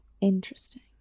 Interesting